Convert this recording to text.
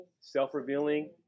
self-revealing